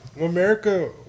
America